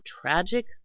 tragic